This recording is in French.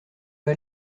pas